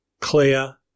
clear